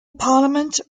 parliament